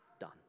done